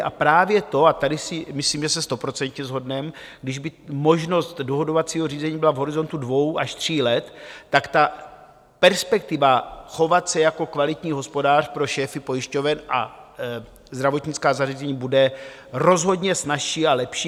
A právě to, a tady si myslím, že se stoprocentně shodneme, kdyby možnost dohodovacího řízení byla v horizontu dvou až tří let, tak ta perspektiva chovat se jako kvalitní hospodář pro šéfy pojišťoven a zdravotnická zařízení bude rozhodně snazší a lepší.